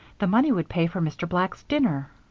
the money would pay for mr. black's dinner.